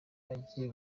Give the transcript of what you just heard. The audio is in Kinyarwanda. yagiye